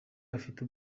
afite